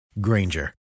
Granger